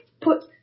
put